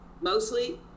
Mostly